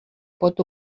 pot